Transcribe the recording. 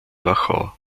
wachau